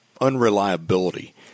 unreliability